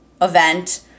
event